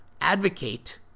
advocate